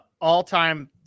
all-time –